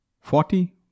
Forty